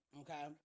okay